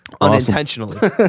unintentionally